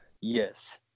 Yes